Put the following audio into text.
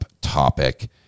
topic